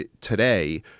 today